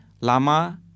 lama